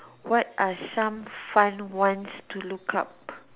what are some fun ones to look up